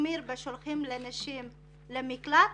מחמיר ושולחים נשים למקלט,